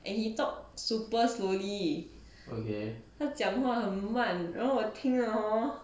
and he talk super slowly 他讲话很慢然后我听了 hor